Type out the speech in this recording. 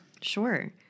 Sure